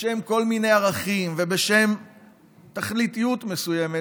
בשם כל מיני ערכים ובשם תכליתיות מסוימת,